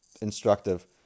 instructive